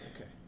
Okay